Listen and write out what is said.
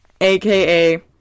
aka